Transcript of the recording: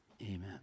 Amen